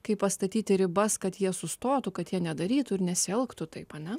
kaip pastatyti ribas kad jie sustotų kad jie nedarytų ir nesielgtų taip ar ne